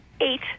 eight